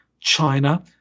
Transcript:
China